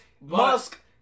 Musk